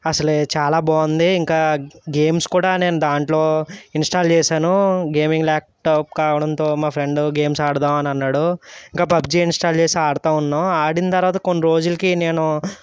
అసలే చాలా బాగుంది ఇంకా గేమ్స్ కూడా నేను దాంట్లో ఇన్స్టాల్ చేసాను గేమింగ్ ల్యాప్టాప్ కావడంతో మా ఫ్రెండు గేమ్స్ ఆడదాము అని అన్నాడు ఇంకా పబ్జీ ఇన్స్టాల్ చేసి ఆడుతూ ఉన్నాము ఆడిన తరువాత కొన్ని రోజులకి నేను